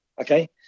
Okay